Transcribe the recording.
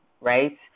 right